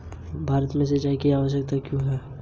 भारत में सिंचाई की आवश्यकता क्यों है?